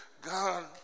God